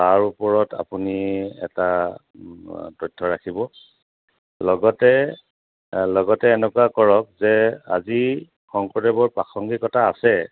তাৰ ওপৰত আপুনি এটা তথ্য ৰাখিব লগতে লগতে এনেকুৱা কৰক যে আজি শংকৰদেৱৰ প্ৰাসংগিকতা আছে